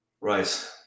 Right